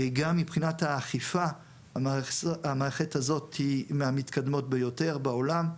גם מבחינת האכיפה המערכת הזאת היא מהמתקדמות ביותר בעולם.